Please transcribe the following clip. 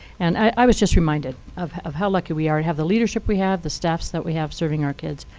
and i was just reminded of of how lucky we are to have the leadership we have, the staffs that we have serving our kids,